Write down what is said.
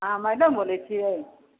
अहाँ मैडम बोलै छियै